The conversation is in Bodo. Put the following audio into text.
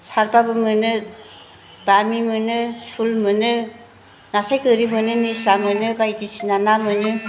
सारब्लाबो मोनो बामि मोनो सुल मोनो नास्राय गोरि मोनो निस्ला मोनो बायदिसिना ना मोनो